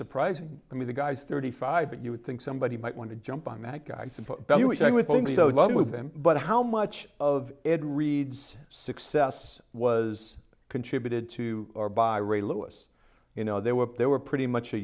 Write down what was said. surprising to me the guys thirty five but you would think somebody might want to jump on that guy and i would be with him but how much of it reads success was contributed to by ray lewis you know they were they were pretty much a